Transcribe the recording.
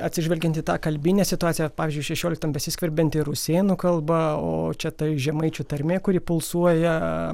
atsižvelgiant į tą kalbinę situaciją pavyzdžiui šešioliktam besiskverbianti rusėnų kalba o čia ta žemaičių tarmė kuri pulsuoja